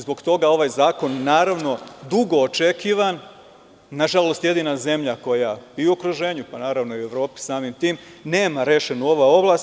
Zbog toga je ovaj zakon, naravno dugo očekivan, nažalostsmo jedina zemlja koja i u okruženju, naravno i u Evropi samim tim, nema rešenu ovu oblast.